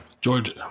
Georgia